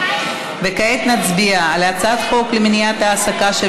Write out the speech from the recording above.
כעת נצביע על הצעת חוק למניעת העסקה של